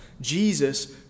Jesus